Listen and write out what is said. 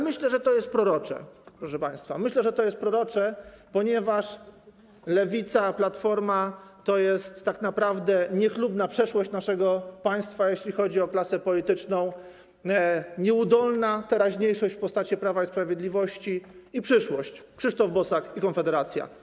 Myślę, że to jest prorocze, proszę państwa, ponieważ Lewica, Platforma to jest tak naprawdę niechlubna przeszłość naszego państwa, jeśli chodzi o klasę polityczną, jest nieudolna teraźniejszość w postaci Prawa i Sprawiedliwości i przyszłość: Krzysztof Bosak i Konfederacja.